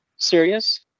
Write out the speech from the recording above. Serious